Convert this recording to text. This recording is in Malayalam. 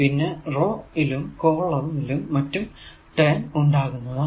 പിന്നെ റോ ലും കോളം ലും മറ്റു ടെം ഉണ്ടാകുന്നതാണ്